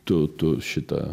tu tu šitą